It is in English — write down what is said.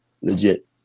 legit